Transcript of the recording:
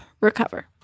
Recover